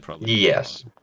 Yes